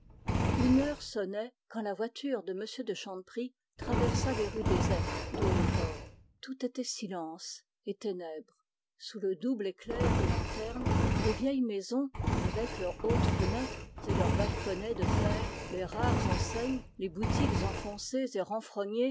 était l'étranger quand la voiture de m de chanteprie traversa les rues désertes de hautfort tout était silence et ténèbres sous le double éclair des lanternes les vieilles maisons avec leurs hautes fenêtres et leurs balconnets de fer les rares enseignes les boutiques enfoncées